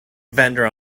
vendor